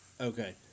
Okay